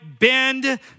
bend